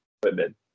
equipment